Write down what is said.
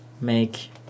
make